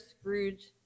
Scrooge